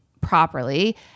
properly